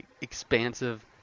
expansive